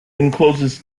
encloses